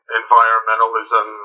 environmentalism